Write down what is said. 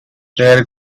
their